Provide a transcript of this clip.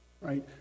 right